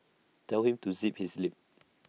tell him to zip his lip